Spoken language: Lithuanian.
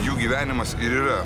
jų gyvenimas ir yra